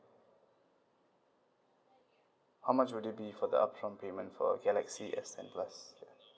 how much would it be for the upfront payment for galaxy S ten plus